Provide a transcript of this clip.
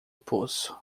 poço